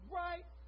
right